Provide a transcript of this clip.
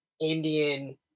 Indian